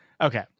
Okay